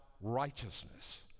righteousness